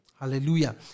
Hallelujah